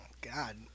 God